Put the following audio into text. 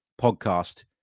podcast